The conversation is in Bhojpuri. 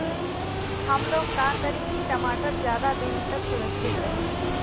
हमलोग का करी की टमाटर ज्यादा दिन तक सुरक्षित रही?